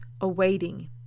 awaiting